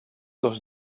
dos